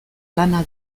lana